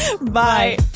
Bye